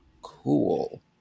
cool